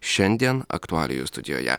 šiandien aktualijų studijoje